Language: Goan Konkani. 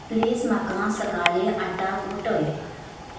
प्लीज म्हाका सकाळीं आठांक उठय